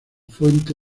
fuente